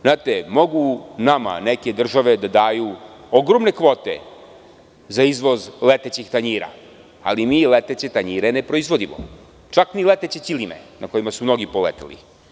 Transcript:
Znate, mogu nama neke države da daju ogromne kvote za izvoz letećih tanjira, ali mi leteće tanjire ne proizvodimo, čak ni leteće ćilime na kojima su mnogi poleteli.